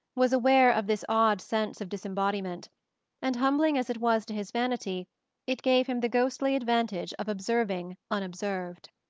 was aware of this odd sense of disembodiment and humbling as it was to his vanity it gave him the ghostly advantage of observing unobserved.